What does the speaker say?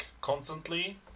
constantly